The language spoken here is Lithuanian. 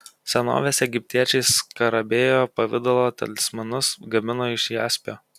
senovės egiptiečiai skarabėjo pavidalo talismanus gamino iš jaspio